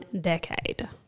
decade